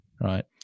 right